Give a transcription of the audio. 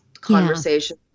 conversation